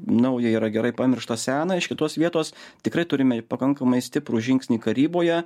nauja yra gerai pamiršta sena iš kitos vietos tikrai turime pakankamai stiprų žingsnį karyboje